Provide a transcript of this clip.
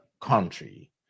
country